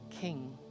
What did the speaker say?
king